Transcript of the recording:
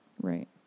Right